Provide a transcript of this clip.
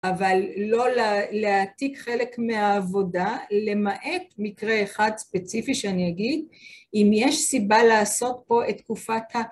אבל לא להעתיק חלק מהעבודה, למעט מקרה אחד ספציפי שאני אגיד, אם יש סיבה לעשות פה את תקופת ה...